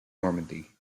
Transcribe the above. normandy